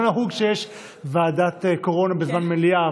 לא נהוג שיש ועדת קורונה בזמן מליאה,